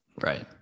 right